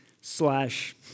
slash